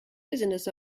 business